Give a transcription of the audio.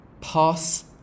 Pass